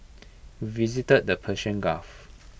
visited the Persian gulf